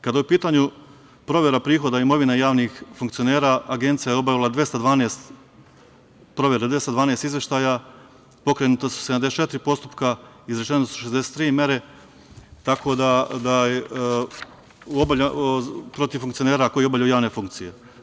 Kada je u pitanju provera prihoda imovina javnih funkcionera Agencija je obavila 212 provera, 212 izveštaja, pokrenuta su 74 postupka, izrečene su 63 mere protiv funkcionera koji obavljaju javne funkcije.